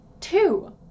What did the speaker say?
two